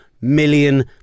million